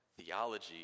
theology